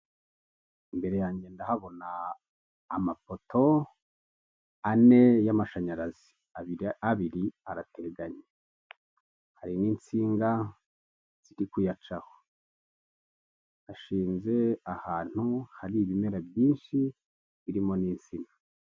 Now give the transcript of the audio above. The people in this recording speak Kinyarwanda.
Imbere yanjye ndahabona amapoto ane y'amashanyarazi abiri abiri arateganye, hari n'insinga ziri kuyacaho ashinze ahantu hari ibimera byinshi birimo n'insina.